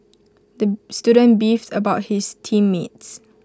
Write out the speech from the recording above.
the student beefed about his team mates